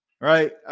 right